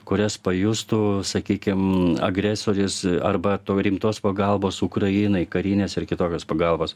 kurias pajustų sakykim agresorius arba to rimtos pagalbos ukrainai karinės ir kitokios pagalbos